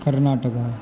Karnataka